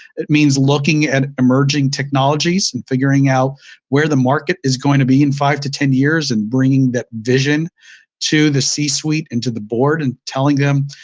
it means looking at emerging technologies and figuring out where the market is going to be in five to ten years, and bringing that vision to the c-suite and to the board, and telling them,